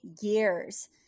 years